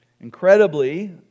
Incredibly